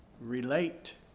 relate